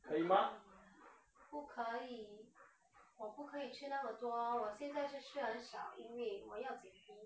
可以吗